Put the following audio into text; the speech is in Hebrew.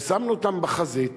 שמנו אותם בחזית,